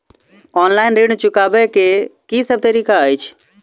Online ऋण चुकाबै केँ की सब तरीका अछि?